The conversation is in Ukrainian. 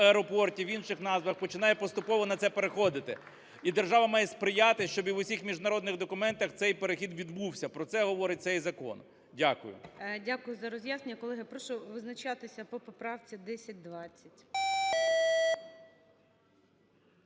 аеропортів, в інших назвах починає поступово на це переходити. І держава має сприяти, щоб і в усіх міжнародних документах цей перехід відбувся. Про це говорить цей закон. Дякую. ГОЛОВУЮЧИЙ. Дякую за роз'яснення. Колеги, прошу визначатися по поправці 1020.